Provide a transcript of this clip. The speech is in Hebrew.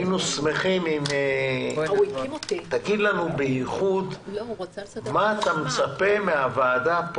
היינו שמחים אם תאמר לנו מה אתה מצפה מהוועדה הזאת